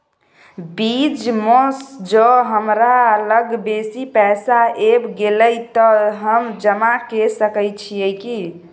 बीच म ज हमरा लग बेसी पैसा ऐब गेले त हम जमा के सके छिए की?